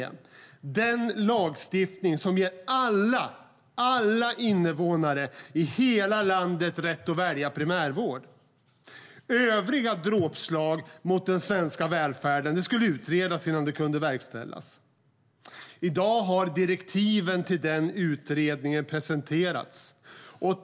Det är den lagstiftning som ger alla invånare i hela landet rätt att välja primärvård. Övriga dråpslag mot en viktig del av den svenska välfärden skulle utredas innan de kunde verkställas.I dag har direktiven till utredningen presenterats.